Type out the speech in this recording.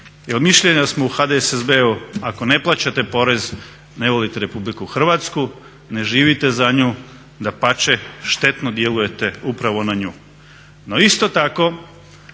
Jer mišljenja smo u HDSSB-u, ako ne plaćate porez ne volite RH, ne živite za nju, dapače štetno djelujete upravo na nju. No, isto tako